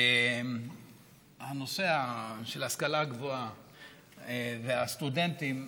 הנושא של ההשכלה הגבוהה והסטודנטים,